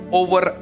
over